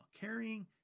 carrying